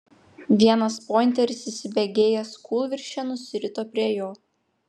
vienas pointeris įsibėgėjęs kūlvirsčia nusirito prie jo